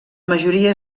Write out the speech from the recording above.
majoria